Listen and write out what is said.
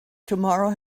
tomorrow